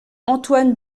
antoine